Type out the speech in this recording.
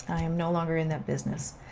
i am no longer in that business.